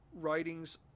writings